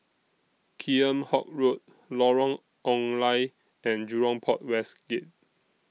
Kheam Hock Road Lorong Ong Lye and Jurong Port West Gate